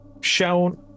shown